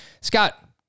Scott